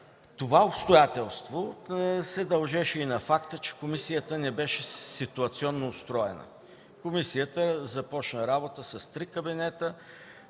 Това обстоятелство се дължеше и на факта, че комисията не беше ситуационно устроена. Тя започна работа с три кабинета,